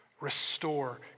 restore